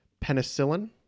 Penicillin